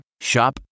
Shop